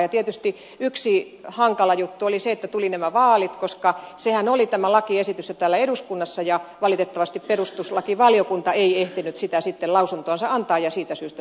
ja tietysti yksi hankala juttu oli se että tulivat nämä vaalit koska tämä lakiesityshän oli jo täällä eduskunnassa mutta valitettavasti perustuslakivaliokunta ei ehtinyt sitten sitä lausuntoansa antaa ja siitä syystä se tänne jäi